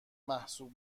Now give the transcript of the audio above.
محسوب